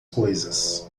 coisas